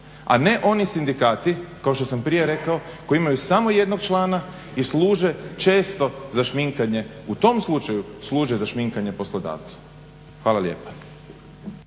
a ne oni sindikati kao što sam prije rekao koji imaju samo jednog člana i služe često za šminkanje, u tom slučaju, služe za šminkanje poslodavca. Hvala lijepa.